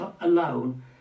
alone